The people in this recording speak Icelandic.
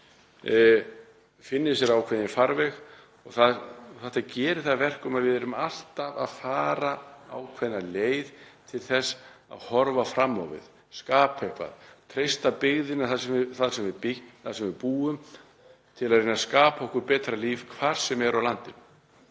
fleiri finni sér ákveðinn farveg og það gerir að verkum að við erum alltaf að fara ákveðna leið til þess að horfa fram á við, skapa eitthvað, treysta byggðina þar sem við búum, til að reyna að skapa okkur betra líf hvar sem er á landinu.